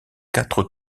quatre